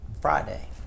Friday